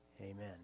Amen